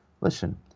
listen